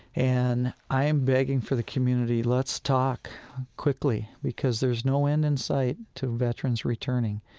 and i am begging for the community, let's talk quickly, because there's no end in sight to veterans returning,